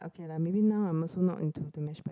okay lah maybe now I'm also not into the mash pot~